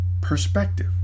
perspective